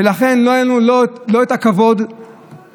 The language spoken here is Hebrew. ולכן לא היו לנו הכבוד או האומץ,